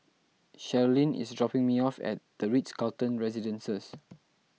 Sherlyn is dropping me off at the Ritz Carlton Residences